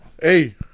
hey